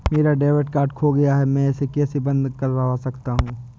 मेरा debit card खो गया है मैं इसे कैसे बंद करवा सकता हूँ?